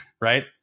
Right